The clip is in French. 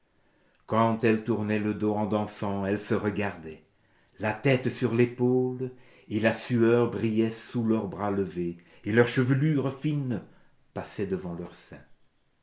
quand elles tournaient le dos en dansant elles se regardaient la tête sur l'épaule et la sueur brillait sous leurs bras levés et leurs chevelures fines passaient devant leurs seins